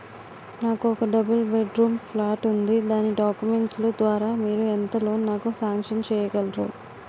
నాకు ఒక double bedroom plot ఉంది దాని డాక్యుమెంట్స్ లు ద్వారా మీరు ఎంత లోన్ నాకు సాంక్షన్ చేయగలరు?